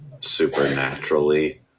Supernaturally